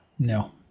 No